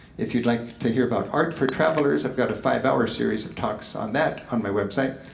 if you'd like to hear about art for travelers, i've got a five hour series of talks on that on my website.